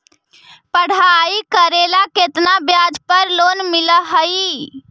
पढाई करेला केतना ब्याज पर लोन मिल हइ?